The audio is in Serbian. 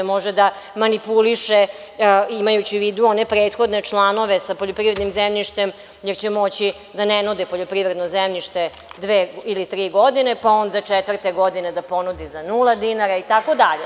Može da manipuliše imajući u vidu one prethodne članove sa poljoprivrednim zemljištem, jer će moći da ne nude poljoprivredno zemljište dve ili tri godine, pa onda četvrte godine da ponude za nula dinara itd.